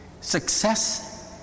Success